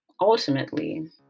Ultimately